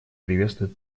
приветствует